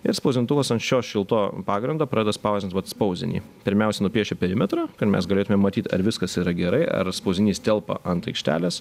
ir spausdintuvas ant šio šilto pagrindo pradeda spausdint vat spausdinį pirmiausia nupiešia perimetrą kad mes galėtumėm matyt ar viskas yra gerai ar spausdinys telpa ant aikštelės